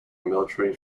military